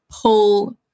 pull